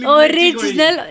original